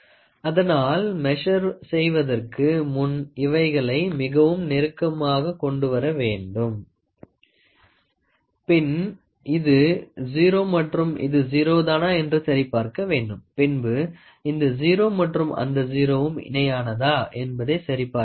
அதனால் மெசர் செய்வதற்கு முன் இவைகளை மிகவும் நெருக்கமாகக் கொண்டு வர வேண்டும் பின் இது 0 மற்றும் இது 0 தானா என்று சரிபார்க்க வேண்டும் பின்பு இந்த 0 மற்றும் அந்த 0 வும் இணையானதா என்பதை சரிபார்க்க வேண்டும்